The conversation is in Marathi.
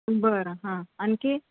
बरं हां आणखी